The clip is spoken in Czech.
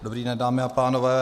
Dobrý den, dámy a pánové.